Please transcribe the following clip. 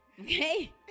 Okay